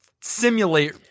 simulate